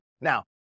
Now